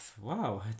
wow